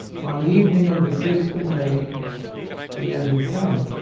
on the evening of the sixth of may the end had come.